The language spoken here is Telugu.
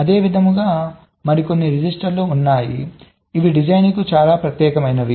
అదేవిధంగా మరికొన్ని రిజిస్టర్లు ఉన్నాయి ఇవి డిజైన్లకు చాలా ప్రత్యేకమైనవి